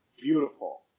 Beautiful